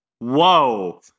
Whoa